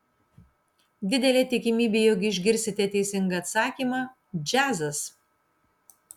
didelė tikimybė jog išgirsite teisingą atsakymą džiazas